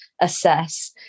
assess